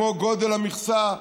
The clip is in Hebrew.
כמו גודל המכסה,